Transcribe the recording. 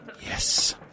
Yes